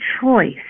choice